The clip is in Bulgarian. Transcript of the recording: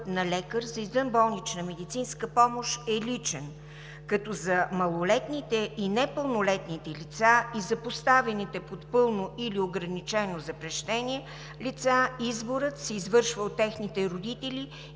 на лекар за извънболнична медицинска помощ е личен, като „за малолетните и непълнолетните лица и за поставените под пълно или ограничено запрещение лица, изборът се извършва от техните родители